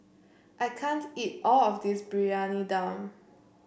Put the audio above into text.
I can't eat all of this Briyani Dum